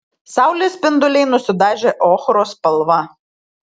saulės spinduliai nusidažė ochros spalva